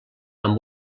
amb